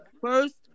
first